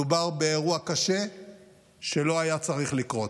מדובר באירוע קשה שלא היה צריך לקרות.